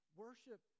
worship